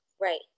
Right